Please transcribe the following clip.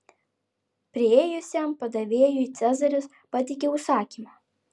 priėjusiam padavėjui cezaris pateikė užsakymą